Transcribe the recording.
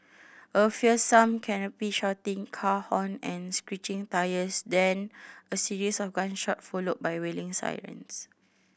a fearsome cacophony of shouting car horn and screeching tyres then a series of gunshot followed by wailing sirens